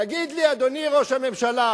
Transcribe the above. תגיד לי, אדוני ראש הממשלה,